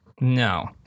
No